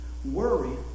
Worry